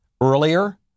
earlier